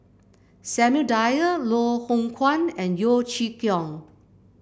Samuel Dyer Loh Hoong Kwan and Yeo Chee Kiong